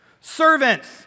servants